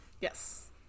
Yes